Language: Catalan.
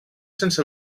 sense